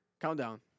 Countdown